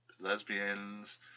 Lesbians